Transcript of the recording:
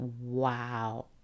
Wow